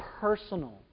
personal